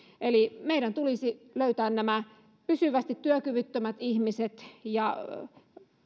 eli meidän tulisi löytää nämä pysyvästi työkyvyttömät ihmiset ja